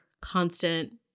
constant